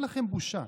אין לכם בושה.